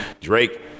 Drake